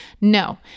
No